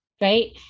Right